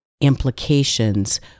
implications